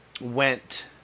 went